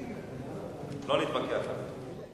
לא נתווכח על זה.